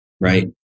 right